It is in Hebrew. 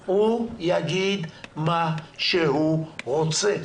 הכנסת אבוטבול יגיד את מה שהוא רוצה.